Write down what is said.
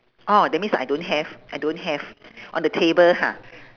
orh that means I don't have I don't have on the table ha